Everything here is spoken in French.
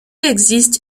existe